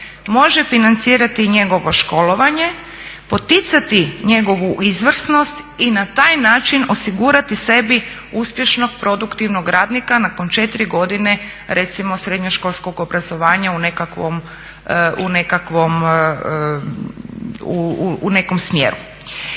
može financirati njegovo školovanje, poticati njegovu izvrsnost i na taj način osigurati sebi uspješnog produktivnog radnika nakon 4 godine recimo srednjoškolskog obrazovanja u nekom smjeru.